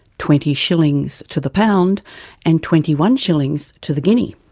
twenty shillings to the pound and twenty one shillings to the guinea.